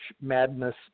Madness